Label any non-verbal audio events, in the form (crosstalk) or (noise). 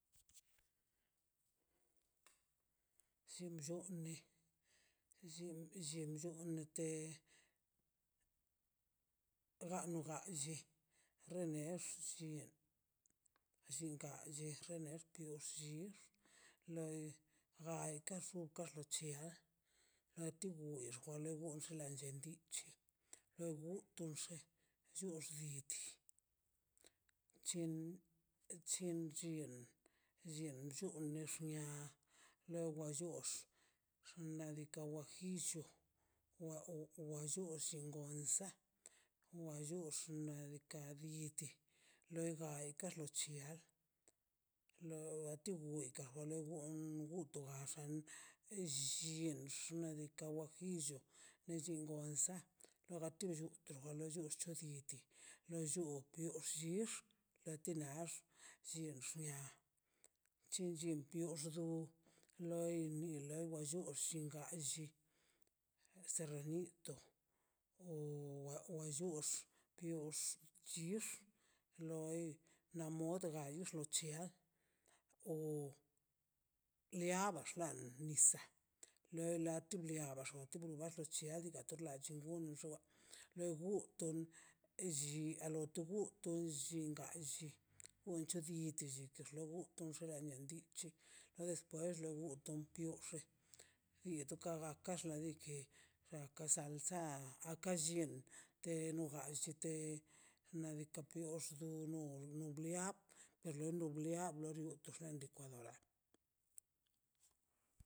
Llin bllone (hesitation) bllin llin bllon nete ganga lli renexlli (hesitation) llingallxe nextioxin loi ga kar lo che nati buix kadi go box la llendi chi lo guntun xe choxlliti chen chi bial non llunex bi bia lowa xunux xladika guajillo o waxullin lonsa wa xullex nadika bi biti daix toda chixlon loi ta tubikan wale won wutuaxan llinx guillo ochindonsa logati dros dox choditi lo llu dix latinax xin xnia chingox pioxix loi mineil por llon lliga a lli serranito o wa llux biox chix loi nad modga alix lo chia o leabax nan nisa' loi latiab lo baxtia chiaguiba la chigono rucha lo guton llian a lo to buton to llinga lli onchi gaxto lo guton xe nia nondicho ya despues lo gunto ompioxe iaga togax like naka sansa aka llien te no galle de nadika piox du no no bliag perlon go liag la lo briato likwadora